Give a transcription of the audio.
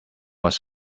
was